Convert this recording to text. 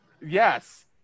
Yes